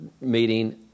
meeting